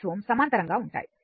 6 Ω సమాంతరంగా ఉంటాయి